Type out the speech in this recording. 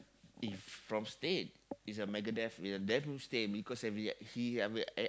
if from State is a Megadeath because